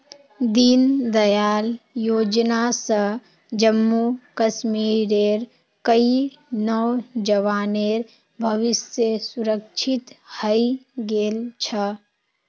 दीनदयाल योजना स जम्मू कश्मीरेर कई नौजवानेर भविष्य सुरक्षित हइ गेल छ